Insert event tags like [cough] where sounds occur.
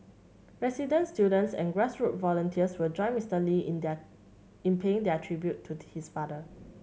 residents students and [unintelligible] volunteers will join Mister Lee in their in paying their tribute to his father